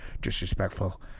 disrespectful